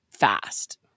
fast